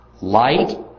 Light